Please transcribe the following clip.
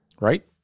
Right